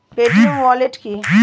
Paytm wallet কি?